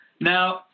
Now